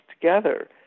together